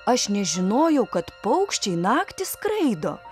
aš nežinojau kad paukščiai naktį skraido